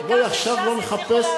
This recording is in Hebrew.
ובואי עכשיו לא נחפש,